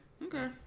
Okay